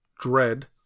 dread